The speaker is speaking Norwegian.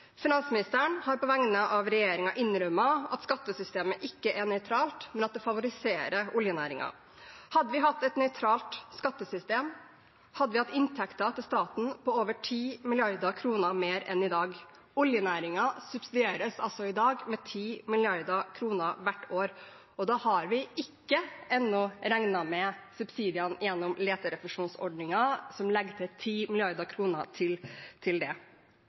Finansministeren har på vegne av regjeringen innrømmet at skattesystemet ikke er nøytralt, men at det favoriserer oljenæringen. Hadde vi hatt et nøytralt skattesystem, hadde vi hatt inntekter til staten på over 10 mrd. kr mer enn i dag. Oljenæringen subsidieres altså i dag med 10 mrd. kr hvert år, og da har vi ennå ikke regnet med subsidiene gjennom leterefusjonsordningen, som legger til 10 mrd. kr til det.